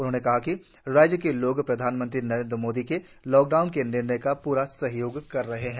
उन्होंने कहा कि राज्य के लोग प्रधानमंत्री नरेंद्र मोदी के लॉकडाउन के निर्णय का पूरा सहयोग कर रहे है